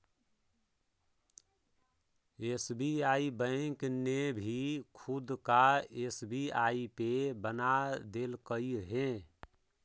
SBI bank ने भी खुद का एस.बी.आई पे बना देलकइ हे